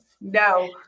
No